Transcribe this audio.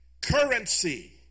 currency